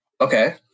okay